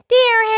Dear